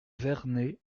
vernay